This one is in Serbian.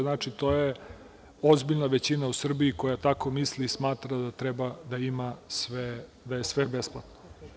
Znači, to je ozbiljna većina u Srbiji koja tako misli i smatra da treba, da ima, da je sve besplatno.